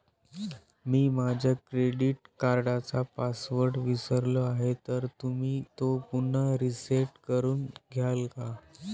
मी माझा क्रेडिट कार्डचा पासवर्ड विसरलो आहे तर तुम्ही तो पुन्हा रीसेट करून द्याल का?